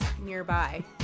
nearby